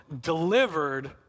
delivered